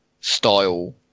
style